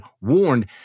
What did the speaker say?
warned